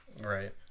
right